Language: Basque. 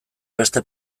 beste